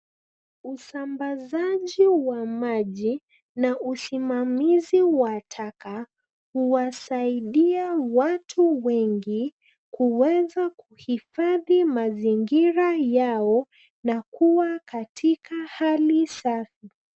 Usambazaji wa maji na usimamizi wa taka huwasaidia watu wengi kuweza kuhifadhi mazingira yao na kuwa katika hali safi.